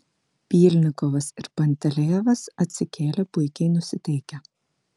pylnikovas ir pantelejevas atsikėlė puikiai nusiteikę